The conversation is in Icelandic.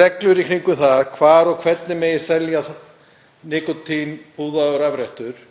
reglur í kringum það hvar og hvernig megi selja nikótínpúða og rafrettur